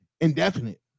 Indefinite